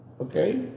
Okay